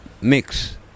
mix